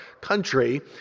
country